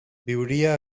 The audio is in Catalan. viuria